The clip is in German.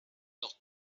noch